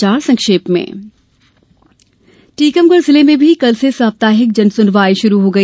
समाचार संक्षेप में टीकमगढ़ जिले में भी कल से साप्ताहिक जन सुनवाई शुरू हो गई